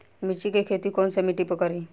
मिर्ची के खेती कौन सा मिट्टी पर करी?